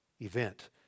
event